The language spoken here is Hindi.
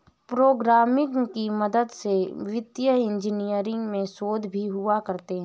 प्रोग्रामिंग की मदद से वित्तीय इन्जीनियरिंग में शोध भी हुआ करते हैं